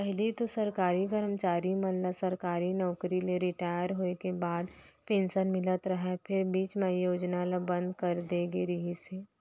पहिली तो सरकारी करमचारी मन ल सरकारी नउकरी ले रिटायर होय के बाद पेंसन मिलत रहय फेर बीच म ए योजना ल बंद करे दे गे रिहिस हे